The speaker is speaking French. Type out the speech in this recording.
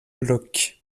blocs